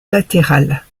latéral